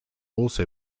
also